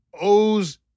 owes